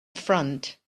front